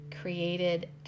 created